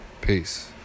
peace